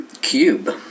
cube